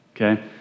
okay